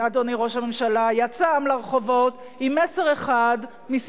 אדוני היושב-ראש, אפשר לבקש מהסדרנים לא לחלק